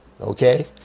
okay